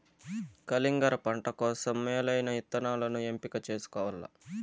కలింగర పంట కోసం మేలైన ఇత్తనాలను ఎంపిక చేసుకోవల్ల